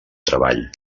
treball